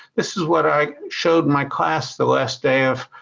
this is what i showed my class the last day of